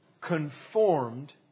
conformed